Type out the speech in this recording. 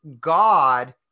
God